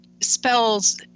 spells